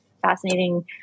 fascinating